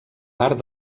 part